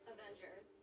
Avengers